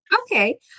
Okay